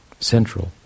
central